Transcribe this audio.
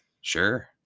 Sure